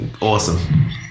awesome